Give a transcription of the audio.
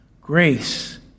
grace